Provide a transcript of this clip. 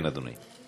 כן, אדוני.